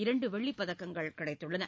இரண்டுவெள்ளிப் பதக்கங்கள் கிடைத்துள்ளன